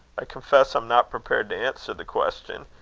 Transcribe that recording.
i confess i'm not prepared answer the question.